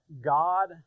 God